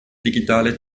digitale